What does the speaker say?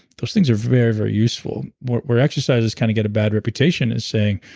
those things are very, very useful where where exercisers kind of get a bad reputation is saying,